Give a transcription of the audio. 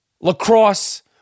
lacrosse